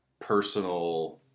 personal